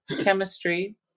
Chemistry